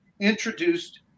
introduced